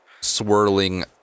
swirling